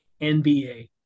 NBA